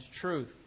truth